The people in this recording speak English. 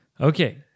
Okay